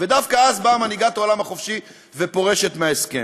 ודווקא אז מנהיגת העולם החופשי פורשת מההסכם.